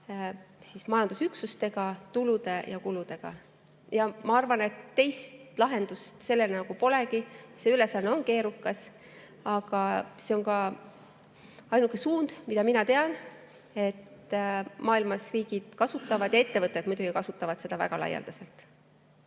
majandusüksustega, tulude ja kuludega. Ja ma arvan, et teist lahendust sellele nagu polegi. See ülesanne on keerukas, aga see on ka ainuke suund, mida mina tean. Maailmas riigid kasutavad ja ettevõtted muidugi kasutavad seda väga laialdaselt.